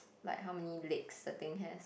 like how may legs the thing has